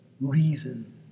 reason